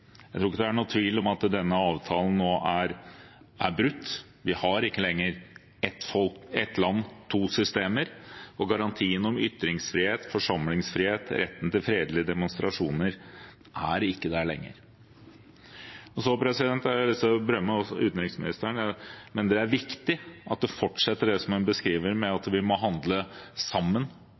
Jeg tror ikke det er noen tvil om at denne avtalen nå er brutt. Vi har ikke lenger ett folk, ett land, to systemer, og garantien om ytringsfrihet, forsamlingsfrihet og retten til fredelige demonstrasjoner er ikke der lenger. Jeg har lyst til å berømme utenriksministeren, men det er viktig med en fortsettelse av det hun beskriver: at vi må handle sammen